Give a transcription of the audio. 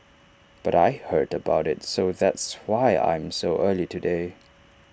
but I heard about IT so that's why I'm so early today